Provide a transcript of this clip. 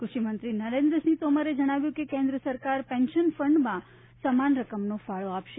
કૃષિ મંત્રી નરેન્દ્રસીંહ તોમરે જણાવ્યું કે કેન્દ્ર સરકાર પેન્શન ફંડમાં સમાન રકમનો ફાળો આપશે